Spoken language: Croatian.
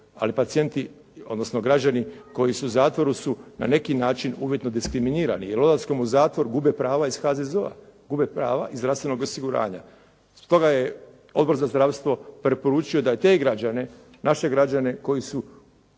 Ali pacijenti, odnosno građani koji su u zatvoru su na neki način uvjetno diskriminirani jer odlaskom u zatvor gube prava iz HZZO-a, gube prava iz zdravstvenog osiguranja. Zbog toga je Odbor za zdravstvo preporučio da i te građane, naše građane koji su